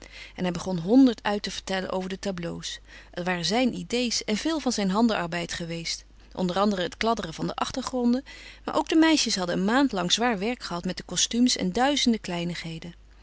en hij begon honderd uit te vertellen over de tableaux het waren zijn idées en veel was zijn handenarbeid geweest o a het kladderen van de achtergronden maar ook de meisjes hadden een maand lang zwaar werk gehad met de costumes en duizenden kleinigheden